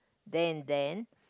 there and then